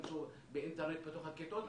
באינטרנט בתוך הכיתות,